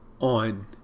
on